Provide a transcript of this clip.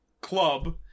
club